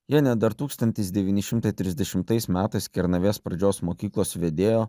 jei ne dar tūkstantis devyni šimtai trisdešimtais metais kernavės pradžios mokyklos vedėjo